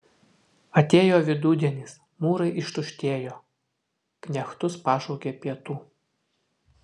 atėjo vidudienis mūrai ištuštėjo knechtus pašaukė pietų